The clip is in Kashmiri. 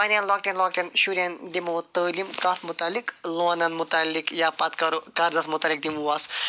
واریَہَن لۄکٹٮ۪ن لۄکٹٮ۪ن شُرٮ۪ن دِمو تٲلیٖم کَتھ مُتعلِق لونَن مُتعلِق یا پَتہٕ کرو قَرضَس مُتعلِق دِموس